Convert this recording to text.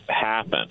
happen